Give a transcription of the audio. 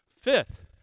Fifth